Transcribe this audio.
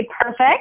perfect